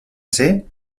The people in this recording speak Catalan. ser